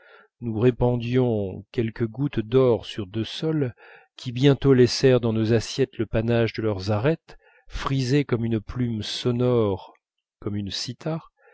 nous répandions quelques gouttes d'or sur deux soles qui bientôt laissèrent dans nos assiettes le panache de leurs arêtes frisé comme une plume et sonore comme une